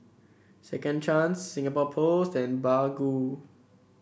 Second Chance Singapore Post and Baggu